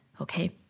okay